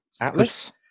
Atlas